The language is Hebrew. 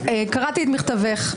קראתי את מכתבך,